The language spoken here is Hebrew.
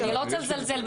אני לא רוצה בשוטר,